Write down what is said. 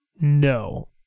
no